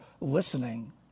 listening